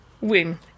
Win